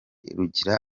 rugira